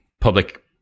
public